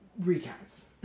recounts